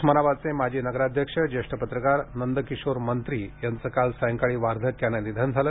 उस्मानाबादचे माजी नगराध्यक्ष ज्येष्ठ पत्रकार नंदकिशोर मंत्री यांचे काल सायंकाळी वार्धक्याने निधन झाले